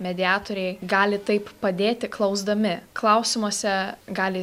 mediatoriai gali taip padėti klausdami klausimuose gali